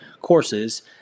courses